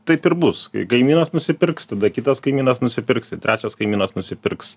taip ir bus kai kaimynas nusipirks tada kitas kaimynas nusipirks ir trečias kaimynas nusipirks